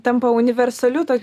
tampa universaliu tokiu